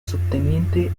subteniente